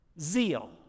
Zeal